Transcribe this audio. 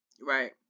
Right